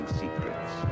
secrets